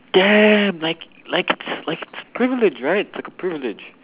damn like like it's like privilege right it's like a privilege